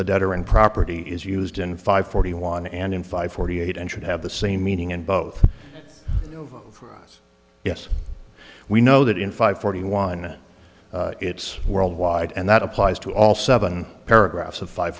the debtor and property is used in five forty one and in five forty eight and should have the same meaning in both of us yes we know that in five forty one it's world wide and that applies to all seven paragraphs of five